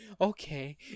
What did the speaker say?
Okay